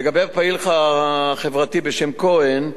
לגבי הפעיל החברתי בשם כהן,